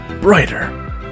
brighter